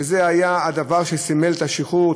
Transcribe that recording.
וזה היה הדבר שסימל את השחרור,